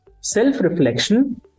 self-reflection